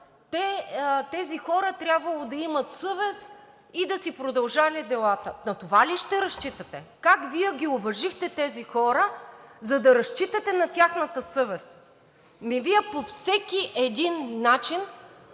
„тези хора трябвало да имат съвест и да си продължали делата“. На това ли ще разчитате? Как Вие ги уважихте тези хора, за да разчитате на тяхната съвест? Вие по всеки един начин